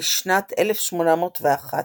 בשנת 1801,